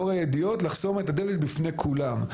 לאור הידיעות לחסום את הדלת בפני כולם.